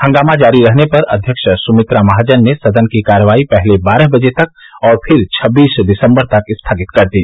हंगामा जारी रहने पर अध्यक्ष सुमित्रा महाजन ने सदन की कार्रवाई पहले बारह बजे तक और फिर छब्बीस दिसम्बर तक स्थगित कर दी